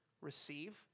receive